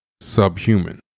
subhuman